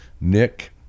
nick